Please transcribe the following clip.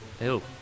ew